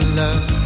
love